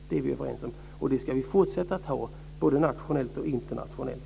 Det är vi överens om, och det ska vi fortsätta att ha, både nationellt och internationellt.